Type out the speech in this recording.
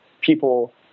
people